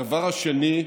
הדבר השני,